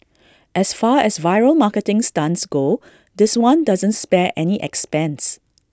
as far as viral marketing stunts go this one doesn't spare any expense